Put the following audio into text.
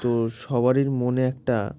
তো সবারই মনে একটা